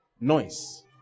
noise